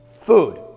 food